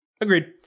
Agreed